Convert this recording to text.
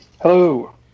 Hello